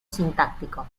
sintáctico